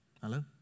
Hello